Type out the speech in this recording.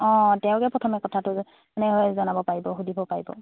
অঁ তেওঁ গৈ প্ৰথমে কথাটো মানে জনাব পাৰিব সুধিব পাৰিব